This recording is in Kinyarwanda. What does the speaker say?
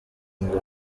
ngo